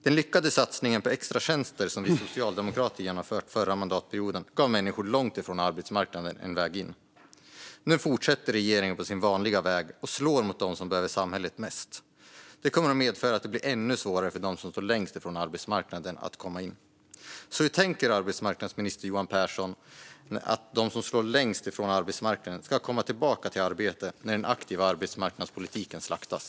Den lyckade satsningen på extratjänster som vi socialdemokrater genomförde förra mandatperioden gav människor långt från arbetsmarknaden en väg in. Nu fortsätter regeringen på sin vanliga väg och slår mot dem som behöver samhället mest. Det kommer att medföra att det blir ännu svårare för dem som står längst från arbetsmarknaden att komma in. Så hur tänker arbetsmarknadsminister Johan Pehrson att de som står längst från arbetsmarknaden ska komma tillbaka till arbete när den aktiva arbetsmarknadspolitiken slaktas?